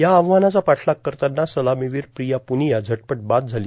या आव्हानाचा पाठलाग करताना सलामीवीर प्रिया प्निया झटपट बाद झाली